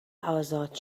ازاد